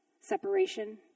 separation